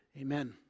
Amen